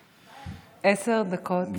עשר דקות לרשותך.